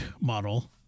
model